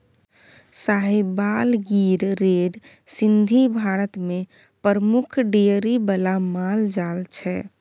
Sahiwal, Gir, red Sindhi Bharat मे प्रमुख dairy बला माल जाल छै